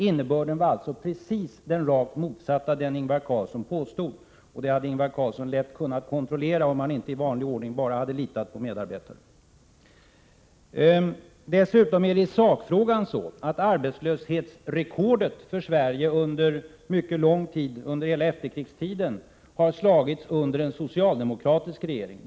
Innebörden var alltså rakt motsatt den som Ingvar Carlsson påstod. Det hade Ingvar Carlsson lätt kunnat kontrollera, om han inte i vanlig ordning bara hade litat på medarbetarna. Dessutom är det i sakfrågan så, att arbetslöshetsrekordet för Sverige under mycket lång tid, under hela efterkrigstiden, har slagits under socialdemokratisk regering.